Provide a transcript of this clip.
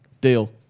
Deal